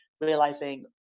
realizing